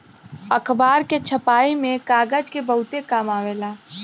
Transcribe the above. अखबार के छपाई में कागज के बहुते काम आवेला